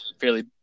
fairly